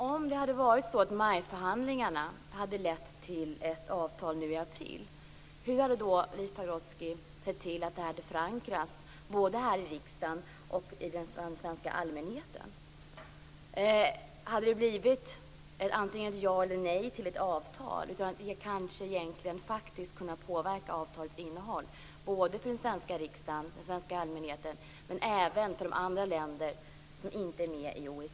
Herr talman! Om MAI-förhandlingarna hade lett till ett avtal nu i april, hur hade då Leif Pagrotsky sett till att det hade förankrats, både i riksdagen och bland den svenska allmänheten? Hade det blivit antingen ett ja eller nej till ett avtal utan att vi egentligen faktiskt hade kunnat påverka avtalets innehåll? Det gäller den svenska riksdagen, den svenska allmänheten och även andra länder som inte är med i OECD.